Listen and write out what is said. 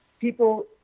people